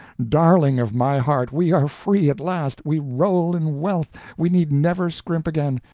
darling of my heart, we are free at last, we roll in wealth, we need never scrimp again.